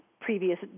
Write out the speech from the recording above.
previous